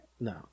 no